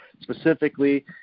specifically